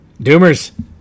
Doomers